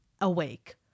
Awake